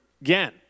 Again